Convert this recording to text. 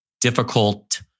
difficult